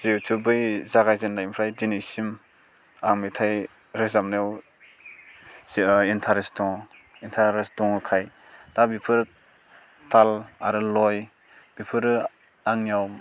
जिहेथु बै जागायजेनायनिफ्राय दिनैसिम आं मेथाइ रोजाबनायाव जेराव इन्टारेस्ट दं इन्टारेस्ट दङखाय दा बेफोर ताल आरो ल'य बेफोरो आंनियाव